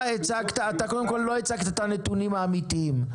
אתה קודם כל לא הצגת את הנתונים האמיתיים,